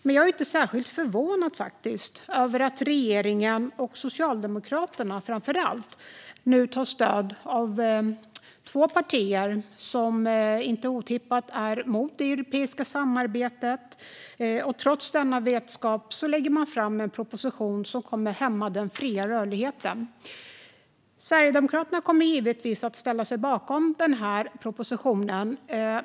Men jag är faktiskt inte särskilt förvånad över att regeringen och framför allt Socialdemokraterna nu tar stöd av två partier som inte otippat är emot det europeiska samarbetet. Trots denna vetskap lägger man fram en proposition som kommer att hämma den fria rörligheten. Sverigedemokraterna kommer givetvis att ställa sig bakom propositionen.